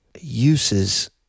uses